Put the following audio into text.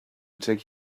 take